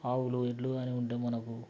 ఆవులు ఎడ్లు కాని ఉంటే మనకు